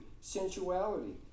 sensuality